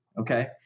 okay